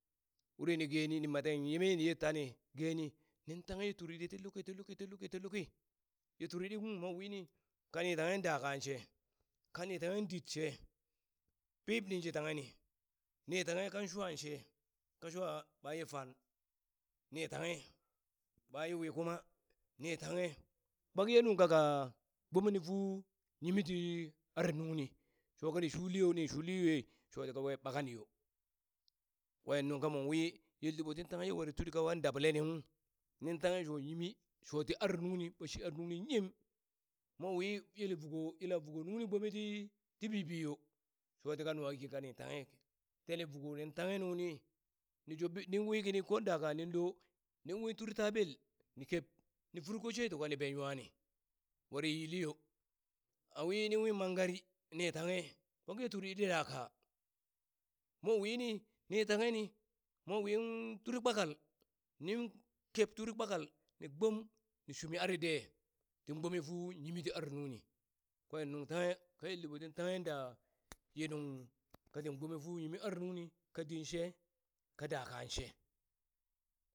Wuri ni geni ni maten yeme niye tani geni nin tanghe turi ɗit ti luki ti luki ti luki ti luki ye turi ɗit uŋ mo wini kani tanghe da kaan she, kani tanghe dit she, pib ninshi tanghe ni ni tanghe kan swan she kaswan she ka kaswa ɓaye fan, ni tanghe ɓaye wi̱i̱ kuma ni tanghe kpak ye nuŋ kaka gboneni fu yimiti ar nuŋni sho kani shuli yo ni shuliyue shoti kakwe ɓakani yo, kwen nuŋka mon wi yel dit tin tanghe ye were turi kawa dabaleni uŋ nin tanghe sho yimi shoti ar nuŋni ɓa shi ar nuŋni yim, mowi yele vuko yela vuko nungni gbome ti ti bibi shoti ka nwaki kanin tanghe, tele voko niŋ tanghe nuŋni ni job b ni wi kini kon da kaa nin lo nin wi tur taɓel ni keb ni furko she ni tuka ni ben nwani, voro yili yo awi niŋ wi mangari ni tanghe fek ye turi ɗit daka mo, mwa wini ni tangheni mwa win turi kpakal, nin keb turi kpakal ni gbom ni shumi ari de tin gbome fu yimiti ar nuŋni kwen nuŋ tanghe ka yel diɓo tin tanghe da yen nuŋ katin gbome fu yimi arnuŋni ka dit she ka dakan she.